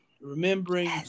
remembering